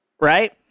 right